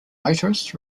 motorists